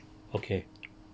okay